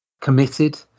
committed